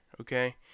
okay